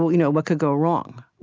what you know what could go wrong?